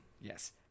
Yes